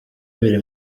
biri